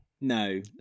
No